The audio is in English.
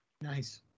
Nice